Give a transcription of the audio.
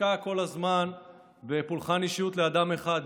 התעסקה כל הזמן בפולחן אישיות לאדם אחד,